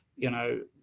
you know,